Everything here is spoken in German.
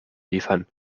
liefern